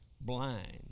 blind